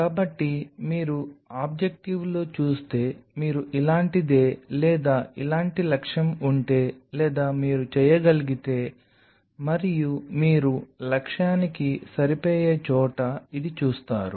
కాబట్టి మీరు ఆబ్జెక్టివ్లో చూస్తే మీరు ఇలాంటిదే లేదా ఇలాంటి లక్ష్యం ఉంటే లేదా మీరు చేయగలిగితే మరియు మీరు లక్ష్యానికి సరిపోయే చోట ఇది చూస్తారు